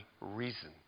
reason